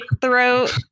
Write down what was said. throat